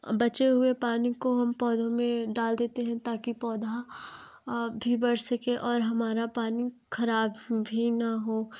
बचे हुए पानी को हम पौधों में डाल देते हैं ताकि पौधा आगे बढ़ सके और हमारा पानी खराब भी ना हो